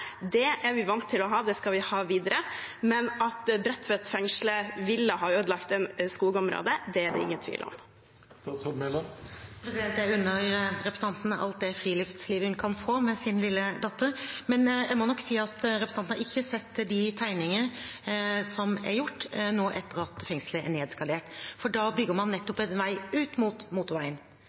Det er vi vant til å ha, og det skal vi ha videre. Men at Bredtvet-fengslet ville ha ødelagt det skogområdet, er det ingen tvil om. Jeg unner representanten alt det friluftslivet hun kan få med sin lille datter, men jeg må nok si at representanten ikke har sett de tegninger som er gjort nå etter at fengslet er nedskalert, for da bygger man nettopp en vei ut mot motorveien.